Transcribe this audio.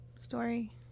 story